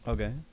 Okay